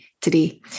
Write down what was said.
today